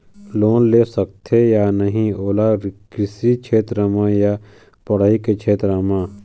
Loan ले सकथे या नहीं ओला कृषि क्षेत्र मा या पढ़ई के क्षेत्र मा?